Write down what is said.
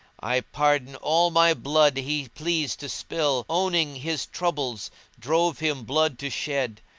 i pardon all my blood he pleased to spill owning his troubles drove him blood to shed.